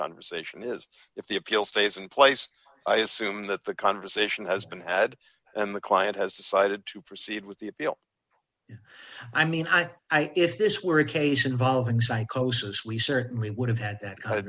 conversation is if the appeal stays in place i assume that the conversation has been had and the client has decided to proceed with the appeal i mean i i if this were a case involving psychosis we certainly would have that kind of